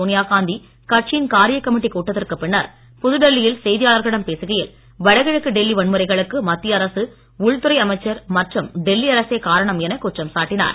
சோனியா காந்தி கட்சியின் காரியக் கமிட்டி கூட்டத்திற்கு பின்னர் புதுடெல்லியில் செய்தியாளர்களிடம் பேசுகையில் வடகிழக்கு டெல்லி வன்முறைகளுக்கு மத்திய அரசு உள்துறை அமைச்சர் மற்றும் டெல்லி அரசே காரணம் என குற்றம் சாட்டினார்